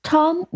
Tom